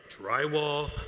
drywall